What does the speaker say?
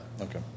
Okay